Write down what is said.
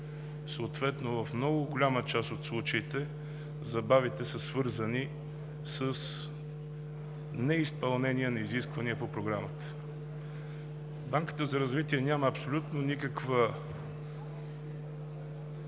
съответно в много голяма част от случаите забавите са свързани с неизпълнение на изискванията по Програмата. Банката за развитие няма абсолютно никаква